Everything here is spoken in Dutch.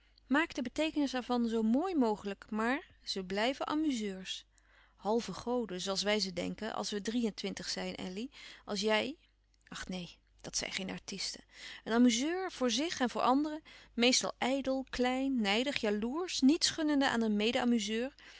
de beteekenis er van zoo moi mogelijk maar ze blijven amuzeurs halve goden zooals wij ze denken als we drie-en-twintig zijn elly als jij ach neen dat zijn geen artisten een amuzeur voor zich en voor anderen meestal ijdel klein nijdig jaloersch niets gunnende aan een